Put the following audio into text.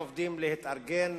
מעובדים להתארגן,